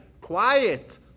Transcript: quiet